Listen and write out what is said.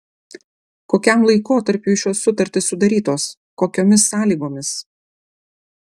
kokiam laikotarpiui šios sutartys sudarytos kokiomis sąlygomis